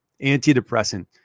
antidepressant